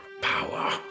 power